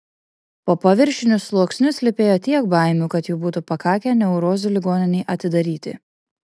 po paviršiniu sluoksniu slypėjo tiek baimių kad jų būtų pakakę neurozių ligoninei atidaryti